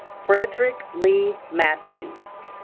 fredrick leigh mathews